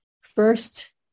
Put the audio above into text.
first